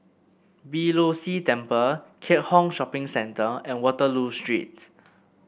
Beeh Low See Temple Keat Hong Shopping Centre and Waterloo Street